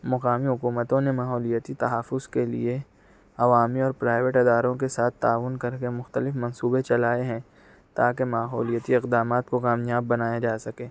مقامی حکومتوں نے ماحولیاتی تحفظ کے لیے عوامی اور پرائیوٹ اداروں کے ساتھ تعاون کر کے مختلف منصوبے چلائے ہیں تاکہ ماحولیاتی اقدامات کو کامیاب بنایا جا سکے